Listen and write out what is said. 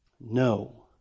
No